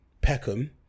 Peckham